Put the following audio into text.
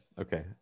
Okay